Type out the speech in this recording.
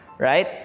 Right